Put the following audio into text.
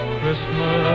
Christmas